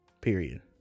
Period